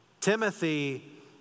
Timothy